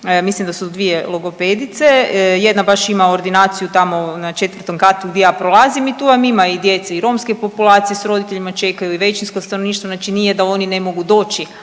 mislim da su dvije logopedice jedna baš ima ordinaciju tamo na 4. katu gdje ja prolazim i tu vam ima i djece i romske populacije s roditeljima čekaju i većinsko stanovništvo znači nije da oni ne mogu doći,